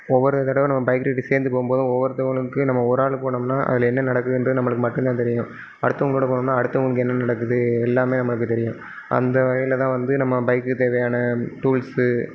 ஒவ்வொரு தடவை நம்ம பைக் ரைடு சேர்ந்து போகும்போதும் ஒவ்வொருத்தங்களுக்கு நம்ம ஒரு ஆளு போனோம்னால் அதில் என்ன நடக்குதுன்றது நம்மளுக்கு மட்டும் தான் தெரியும் அடுத்தவங்களோட போனோம்னால் அடுத்தவங்களுக்கு என்ன நடக்குது எல்லாமே நம்மளுக்கு தெரியும் அந்த வகையில் தான் வந்து நம்ம பைக்குக்கு தேவையான டூல்ஸு